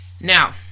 Now